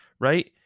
right